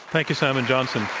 thank you, simon johnson.